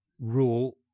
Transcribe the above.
rule